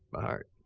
by heart.